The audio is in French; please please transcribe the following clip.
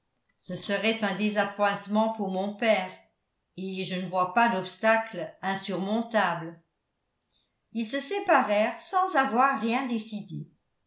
ce serait un désappointement pour mon père et je ne vois pas d'obstacle insurmontable ils se séparèrent sans avoir rien décidé